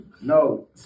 No